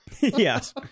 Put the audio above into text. yes